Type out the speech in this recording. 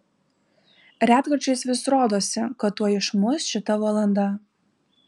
retkarčiais vis rodosi kad tuoj išmuš šita valanda